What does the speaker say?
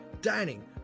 dining